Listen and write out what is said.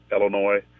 Illinois